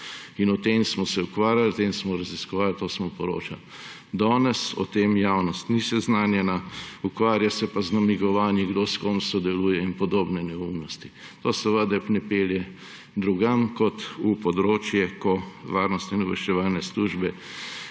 S tem smo se ukvarjali, to smo raziskovali, o tem smo poročali. Danes o tem javnost ni seznanjena, ukvarja se pa z namigovanji, kdo s kom sodeluje in podobne neumnosti. To seveda ne pelje drugam kot v področje, ko varnostne in obveščevalne službe